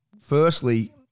firstly